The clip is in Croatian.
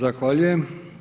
Zahvaljujem.